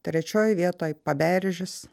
trečioj vietoj paberžis